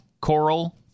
Coral